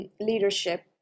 leadership